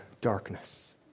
darkness